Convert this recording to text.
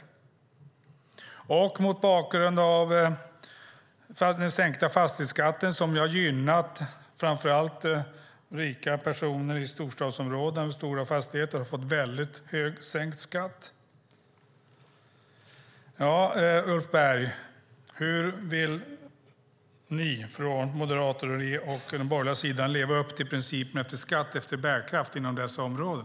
Jag ställer också frågan mot bakgrund av den sänkta fastighetsskatten, som har gynnat framför allt rika personer i storstadsområden med stora fastigheter. De har fått kraftigt sänkt skatt. Ulf Berg! Hur vill ni från Moderaterna och den borgerliga sidan leva upp till principen om skatt efter bärkraft inom dessa områden?